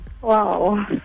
Wow